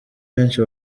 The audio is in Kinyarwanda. benshi